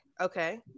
Okay